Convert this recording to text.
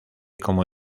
como